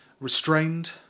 Restrained